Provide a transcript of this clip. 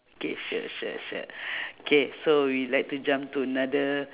okay sure sure sure okay so we like to jump to another